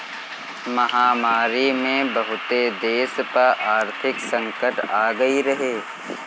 महामारी में बहुते देस पअ आर्थिक संकट आगई रहे